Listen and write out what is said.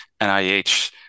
NIH